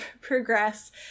progress